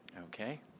Okay